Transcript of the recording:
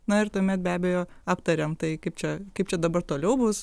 na ir tuomet be abejo aptariam tai kaip čia kaip čia dabar toliau bus